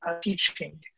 teaching